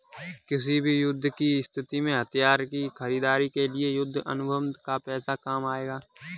किसी भी युद्ध की स्थिति में हथियार की खरीदारी के लिए युद्ध अनुबंध का पैसा काम आएगा